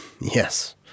Yes